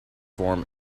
form